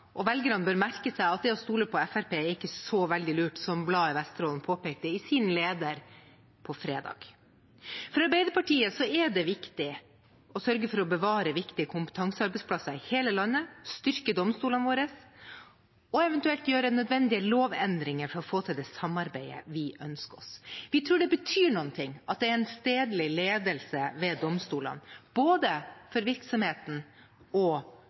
og velgerne bør merke seg at det å stole på Fremskrittspartiet ikke er så veldig lurt, noe Bladet Vesterålen påpekte i sin leder på fredag. For Arbeiderpartiet er det viktig å sørge for å bevare viktige kompetansearbeidsplasser i hele landet, styrke domstolene våre og eventuelt gjøre nødvendige lovendringer for å få til det samarbeidet vi ønsker oss. Vi tror det betyr noe at det er en stedlig ledelse ved domstolene, både for virksomheten og